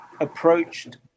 approached